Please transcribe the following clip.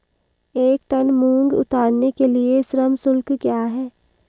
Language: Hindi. एक टन मूंग उतारने के लिए श्रम शुल्क क्या है?